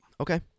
Okay